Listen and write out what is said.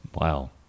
Wow